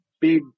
big